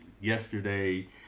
yesterday